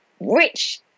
rich